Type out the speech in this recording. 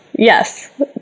Yes